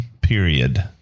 period